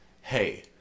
hey